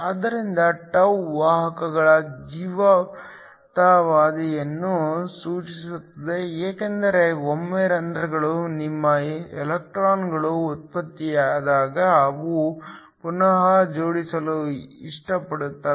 ಆದ್ದರಿಂದ τ ವಾಹಕಗಳ ಜೀವಿತಾವಧಿಯನ್ನು ಸೂಚಿಸುತ್ತದೆ ಏಕೆಂದರೆ ಒಮ್ಮೆ ರಂಧ್ರಗಳಲ್ಲಿ ನಿಮ್ಮ ಎಲೆಕ್ಟ್ರಾನ್ಗಳು ಉತ್ಪತ್ತಿಯಾದಾಗ ಅವು ಪುನಃ ಜೋಡಿಸಲು ಇಷ್ಟಪಡುತ್ತವೆ